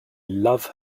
love